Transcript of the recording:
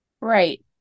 Right